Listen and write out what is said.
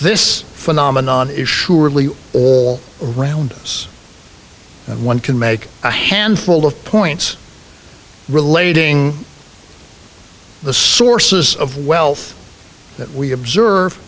this phenomenon is surely all round us and one can make a handful of points relating the sources of wealth that we observe